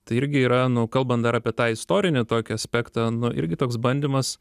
tai irgi yra nu kalbant dar apie tai istorinį tokį aspektą nu irgi toks bandymas